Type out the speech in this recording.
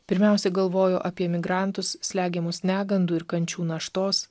pirmiausia galvoju apie migrantus slegiamus negandų ir kančių naštos